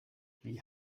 wie